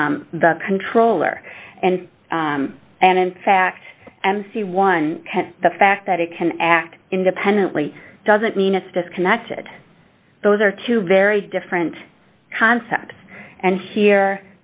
to the controller and and in fact mc one the fact that it can act independently doesn't mean it's disconnected those are two very different concepts and here